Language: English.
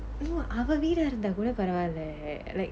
no அவ வீடா இருந்தா கூட பரவவாலா:ava veedaa irunthaa kuda paravaala like